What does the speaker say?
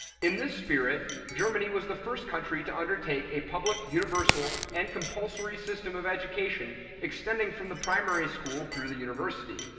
in this spirit, germany was the first country to undertake a public, universal, and compulsory system of education extending from the primary school through the university,